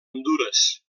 hondures